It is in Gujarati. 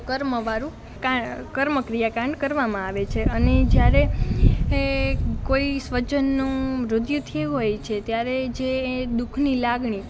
કર્મવાળું કર્મ ક્રિયાકાંડ કરવામાં આવે છે અને જ્યારે એ કોઇ સ્વજનનું મૃત્યુ થયું હોય છે ત્યારે જે દુઃખની લાગણી